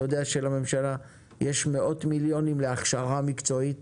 אתה יודע שלממשלה יש מאות מליונים להכשרה מקצועית